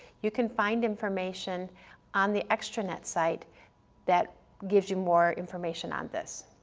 you can find information on the extranet site that gives you more information on this.